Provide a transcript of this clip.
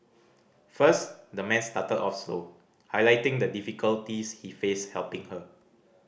first the man started off slow highlighting the difficulties he faced helping her